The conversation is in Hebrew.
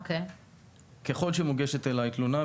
ככל שמוגשת אלי תלונה,